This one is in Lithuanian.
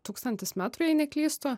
tūkstantis metrų jei neklystu